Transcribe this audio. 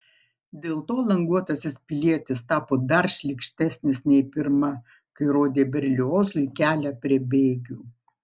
dėl to languotasis pilietis tapo dar šlykštesnis nei pirma kai rodė berliozui kelią prie bėgių